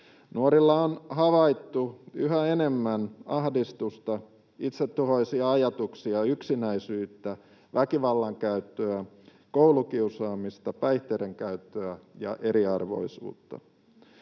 Nuorilla on havaittu yhä enemmän ahdistusta, itsetuhoisia ajatuksia, yksinäisyyttä, väkivallan käyttöä, koulukiusaamista, päihteiden käyttöä ja eriarvoisuutta.